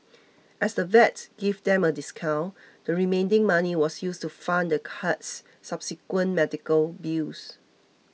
as the vet gave them a discount the remaining money was used to fund the cat's subsequent medical bills